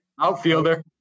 Outfielder